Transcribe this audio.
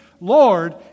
Lord